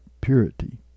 purity